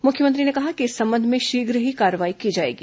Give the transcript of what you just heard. मुख्यमंत्री ने कहा है कि इस संबंध में शीघ्र ही कार्रवाई की जाएगी